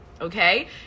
Okay